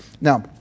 Now